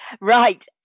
Right